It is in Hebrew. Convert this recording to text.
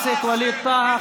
חבר הכנסת ווליד טאהא.